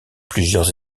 plusieurs